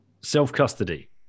self-custody